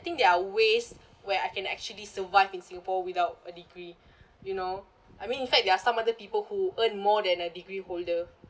think there are ways where I can actually survive in singapore without a degree you know I mean in fact there are some other people who earn more than a degree holder